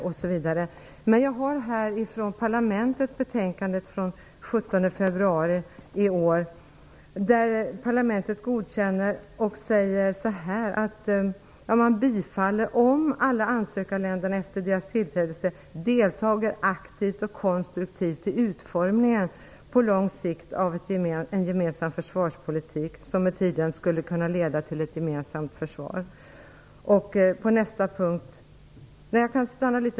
Jag har här ett betänkande från Europaparlamentet från den 17 januari i år där det står att parlamentet bifaller -- om alla ansökarländer efter deras tillträde aktivt och konstruktivt deltar i utformningen på lång sikt av en gemensam försvarspolitik som med tiden skulle kunna leda till ett gemensamt försvar.